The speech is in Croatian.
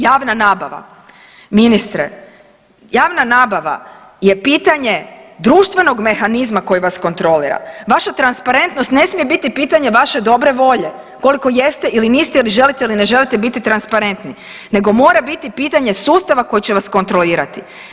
Javna nabava, ministre, javna nabava je pitanje društvenog mehanizma koje vas kontrolira, vaša transparentnost ne smije biti pitanje vaše dobre volje koliko jeste ili niste ili želite ili ne želite biti transparentni nego mora biti pitanje sustava koji će vas kontrolirati.